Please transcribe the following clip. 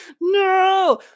no